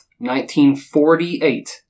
1948